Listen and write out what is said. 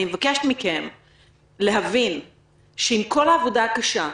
אני מבקשת מכם להבין שעם כל העבודה הקשה,